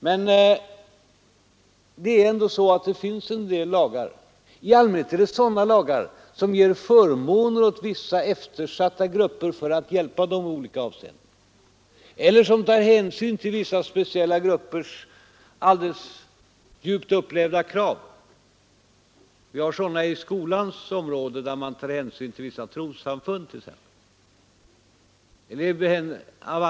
Men det är ändå så att det finns en hel del lagar som ger förmåner åt vissa eftersatta grupper för att hjälpa dem i olika avseenden, eller som tar hänsyn till speciella gruppers djupt upplevda krav. Vi har sådana på skolans område, där man t.ex. tar hänsyn till vissa trossamfund.